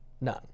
None